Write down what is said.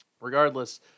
Regardless